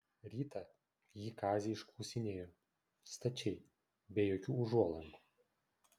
rytą ji kazį išklausinėjo stačiai be jokių užuolankų